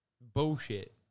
bullshit